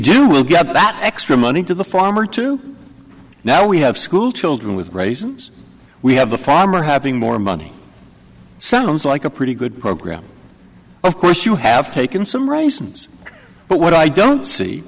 do we'll get that extra money to the farmer too now we have school children with raisins we have the farmer having more money sounds like a pretty good program of course you have taken some raisins but what i don't see